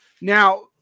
Now